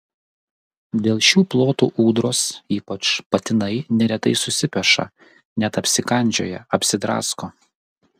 dėl šių plotų ūdros ypač patinai neretai susipeša net apsikandžioja apsidrasko